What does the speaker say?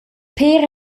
pér